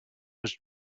was